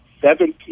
seven